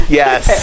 yes